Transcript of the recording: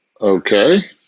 Okay